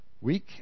week